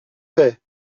fait